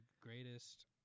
greatest